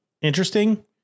interesting